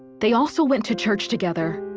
they also went to church together.